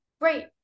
Great